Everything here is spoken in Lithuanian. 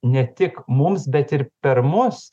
ne tik mums bet ir per mus